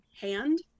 hand